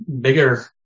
bigger